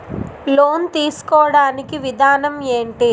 Loan తీసుకోడానికి విధానం ఏంటి?